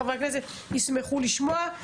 חברי הכנסת ישמחו לשמוע.